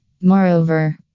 Moreover